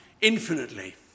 infinitely